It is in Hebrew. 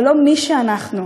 זה לא מי שאנחנו.